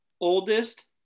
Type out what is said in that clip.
Oldest